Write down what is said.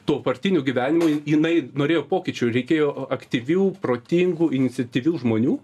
tuo partiniu gyvenimu jinai norėjo pokyčių reikėjo aktyvių protingų iniciatyvių žmonių